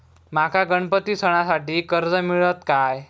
माका गणपती सणासाठी कर्ज मिळत काय?